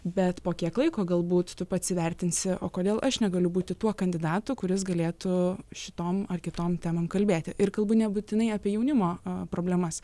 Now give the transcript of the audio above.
bet po kiek laiko galbūt tu pats įvertinsi o kodėl aš negaliu būti tuo kandidatu kuris galėtų šitom ar kitom temom kalbėti ir kalbu nebūtinai apie jaunimo problemas